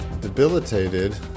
debilitated